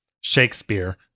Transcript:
Shakespeare